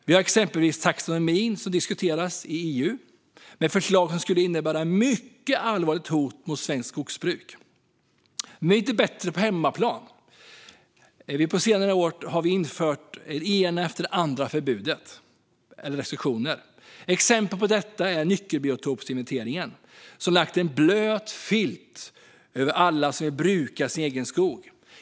Till exempel diskuteras taxonomin i EU och förslag som skulle innebära ett mycket allvarligt hot mot svenskt skogsbruk. Men vi är inte bättre på hemmaplan. På senare år har det gång på gång införts förbud och restriktioner. Exempel på det är nyckelbiotopsinventeringen, som lagt en blöt filt över alla som vill bruka sin egen skog.